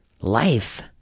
life